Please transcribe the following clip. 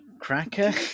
cracker